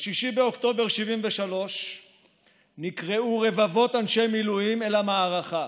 ב-6 באוקטובר 1973 נקראו רבבות אנשי מילואים אל המערכה.